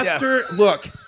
Look